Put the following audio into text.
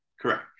Correct